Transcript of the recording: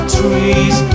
trees